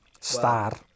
Star